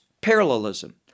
parallelism